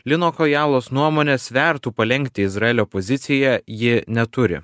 lino kojalos nuomone svertų palenkti izraelio poziciją ji neturi